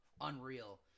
unreal